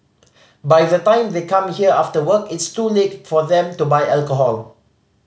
by the time they come here after work it's too late for them to buy alcohol